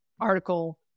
article